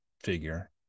figure